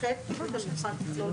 "(ח) תכנית המבחן תכלול,